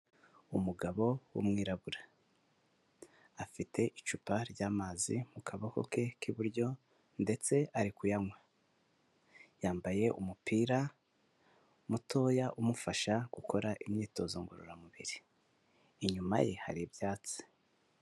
Umugabo w'umwirabura afite icupa ry'amazi mu kaboko ke k'iburyo ndetse ari kuyanywa, yambaye umupira mutoya umufasha gukora imyitozo ngororamubiri, inyuma ye hari ibyatsi.